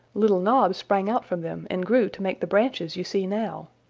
little knobs sprang out from them and grew to make the branches you see now.